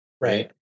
Right